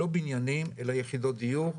לא בניינים אלא יחידות דיור,